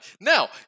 Now